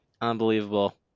Unbelievable